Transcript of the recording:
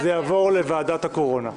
אז זה יעבור לוועדת הקורונה.